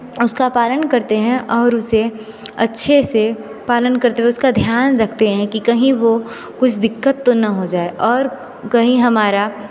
उसका पालन करते हैं और उसे अच्छे से पालन करते उसका ध्यान रखते हैं कि कहीं वो कुछ दिक्कत तो ना हो जाए और कहीं हमारा